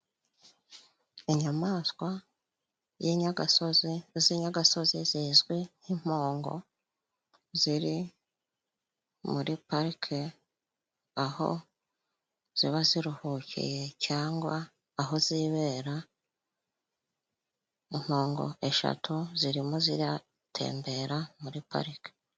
Inyamaswa y'inyagasozi z'inyagasozi zizwi nk'impongo ziri muri parike aho ziba ziruhukiye cyangwa aho zibera. Impongo eshatu zirimo ziratembera muri parike.